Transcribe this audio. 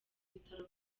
bitaro